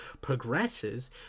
progresses